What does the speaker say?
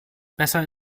besser